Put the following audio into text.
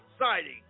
exciting